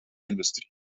industrie